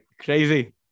crazy